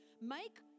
make